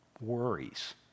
worries